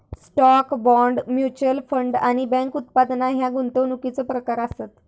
stock, bond, mutual fund आणि bank उत्पादना ह्या गुंतवणुकीचो प्रकार आसत